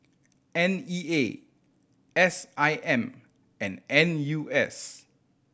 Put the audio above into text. N E A S I M and N U S